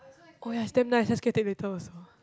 oh ya is damn nice let's get it later also